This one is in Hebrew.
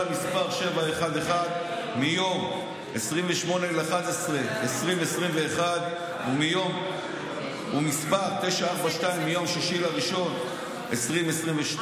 מס' 711 מיום 28 בנובמבר 2021 ומס' 942 מיום 6 בינואר 2022,